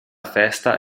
festa